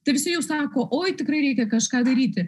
tai visi jau sako oi tikrai reikia kažką daryti